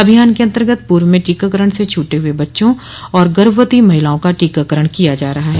अभियान क अन्तर्गत पूर्व में टीकाकरण से छूटे हुए बच्चों और गर्भवती महिलाओं का टीकाकरण किया जा रहा है